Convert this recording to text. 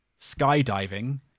skydiving